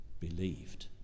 Believed